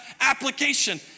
application